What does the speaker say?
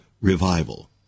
revival